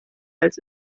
als